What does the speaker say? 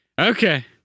Okay